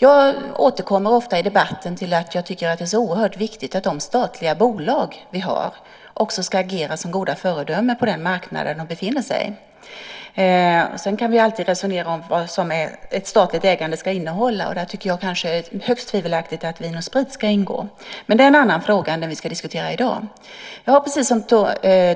Jag återkommer ofta i debatten till att det är oerhört viktigt att de statliga bolag vi har också ska agera som goda föredömen på den marknad de befinner sig på. Sedan kan vi alltid resonera om vad ett statligt ägande ska innehålla. Där tycker jag att det är högst tvivelaktigt att Vin & Sprit ska ingå. Men det är en annan fråga än den vi diskuterar i dag. Precis som